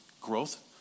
growth